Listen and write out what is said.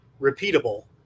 repeatable